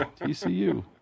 TCU